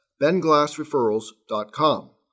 benglassreferrals.com